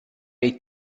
jej